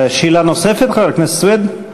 שאלה נוספת, חבר הכנסת סוייד?